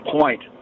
point